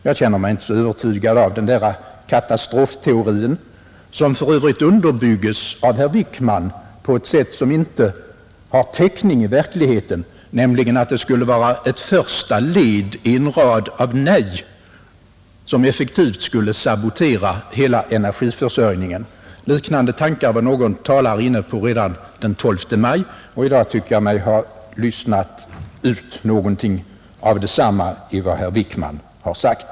Jag känner mig inte så övertygad av den där katastrofteorin, som för övrigt spetsas till av herr Wickman på ett sätt som inte har täckning i verkligheten, nämligen att ett nej nu skulle vara ett första led i en rad av nej, som effektivt skulle sabotera hela energiförsörjningen. Sådana ogrundade påståenden kom någon talare med redan den 12 maj, och i dag tycker jag mig ha lyssnat ut någonting av detsamma i vad herr Wickman har sagt.